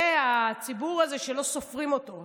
זה הציבור הזה שלא סופרים אותו.